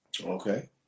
Okay